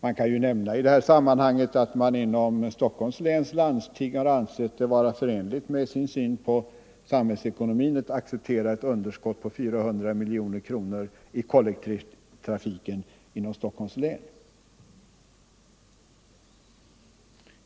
— järnvägstrafik, I detta sammanhang kan nämnas att Stockholms läns landsting har ansett — m.m. det förenligt med sin syn på samhällsekonomin att acceptera ett underskott av 400 miljoner kronor på kollektivtrafiken inom Stockholms län.